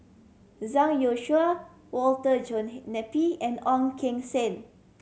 Zhang Youshuo Walter John Napier and Ong Keng Sen